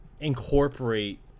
incorporate